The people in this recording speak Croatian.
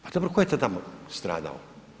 Pa dobro tko je to tamo stradao?